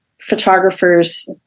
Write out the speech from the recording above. photographers